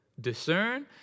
Discern